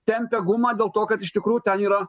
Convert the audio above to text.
tempia gumą dėl to kad iš tikrųjų ten yra